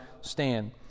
stand